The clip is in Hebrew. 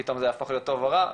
פתאום זה יהפוך להיות טוב או רע,